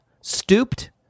stooped